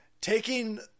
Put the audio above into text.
taking